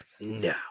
No